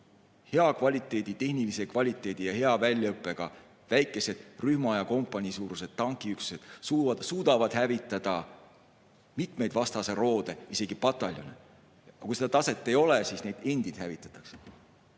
Hea tehnilise kvaliteedi ja hea väljaõppega väikesed rühma- ja kompaniisuurused tankiüksused suudavad hävitada mitmeid vastase roode, isegi pataljone. Aga meil kui seda taset ei ole, siis meid endid hävitatakse.